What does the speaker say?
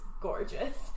gorgeous